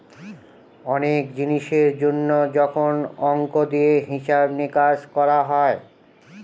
অনেক জিনিসের জন্য যখন অংক দিয়ে হিসাব নিকাশ করা হয়